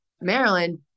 Maryland